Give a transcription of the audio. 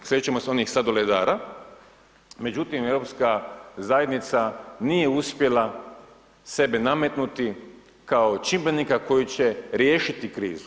Sjećamo se onih sladoledara, međutim, Europska zajednica, nije uspjela sebe nametnuti, kao čimbenika koji će riješiti krizu.